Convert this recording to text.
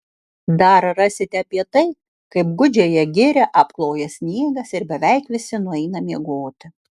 dar rasite apie tai kaip gūdžiąją girią apkloja sniegas ir beveik visi nueina miegoti